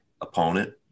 opponent